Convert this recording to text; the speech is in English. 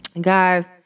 Guys